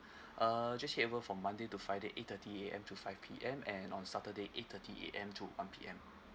uh head over from monday to friday eight thirty A_M to five P_M and on saturday eight thirty A_M and one P_M